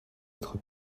être